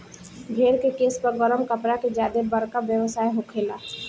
भेड़ के केश पर गरम कपड़ा के ज्यादे बरका व्यवसाय होखेला